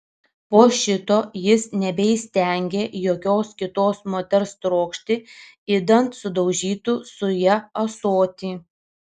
po šito jis nebeįstengė jokios kitos moters trokšti idant sudaužytų su ja ąsotį